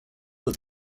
what